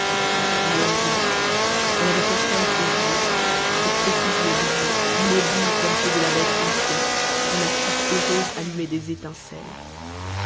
malheureusement elle avait contre elle ses yeux ses petits yeux gris mobiles comme ceux de la bête inquiète où l'astuce heureuse allumait des étincelles